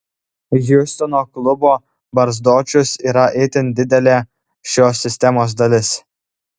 hjustono klubo barzdočius yra itin didelė šios sistemos dalis